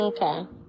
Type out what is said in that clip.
okay